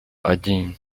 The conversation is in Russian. один